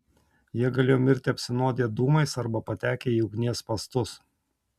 jie galėjo mirti apsinuodiję dūmais arba patekę į ugnies spąstus